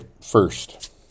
first